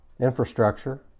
infrastructure